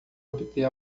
obter